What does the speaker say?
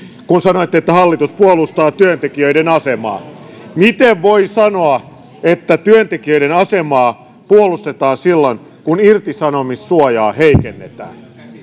kun sanoitte että hallitus puolustaa työntekijöiden asemaa miten voi sanoa että työntekijöiden asemaa puolustetaan silloin kun irtisanomissuojaa heikennetään